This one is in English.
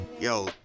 Yo